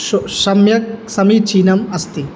सम्यक् समीचीनम् अस्ति